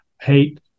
hate